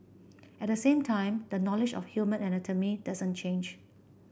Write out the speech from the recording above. at the same time the knowledge of human anatomy doesn't change